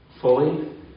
fully